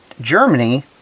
Germany